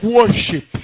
worship